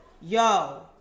Yo